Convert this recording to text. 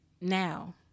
now